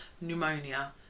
pneumonia